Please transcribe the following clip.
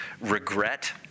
regret